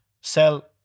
sell